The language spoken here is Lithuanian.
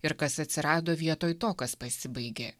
ir kas atsirado vietoj to kas pasibaigė